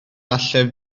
falle